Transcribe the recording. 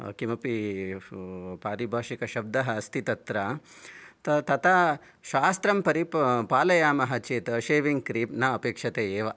किमपि पारिभाषिकशब्दः अस्ति तत्र तथा शास्त्रं परि पालयामः चेत् षेविङ्ग् क्रीम् न अपेक्षते एव